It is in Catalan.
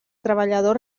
treballadors